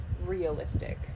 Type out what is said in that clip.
realistic